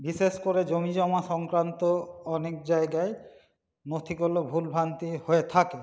বিশেষ করে জমিজমা সংক্রান্ত অনেক জায়গায় নথিগুলো ভুলভ্রান্তি হয়ে থাকে